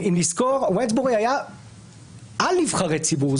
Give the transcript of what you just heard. אם נזכור, וונסברי היה על נבחרי ציבור.